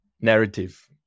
narrative